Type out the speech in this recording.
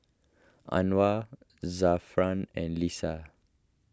Anuar Zafran and Lisa